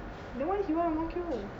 then why he want ang mo kio